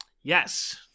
Yes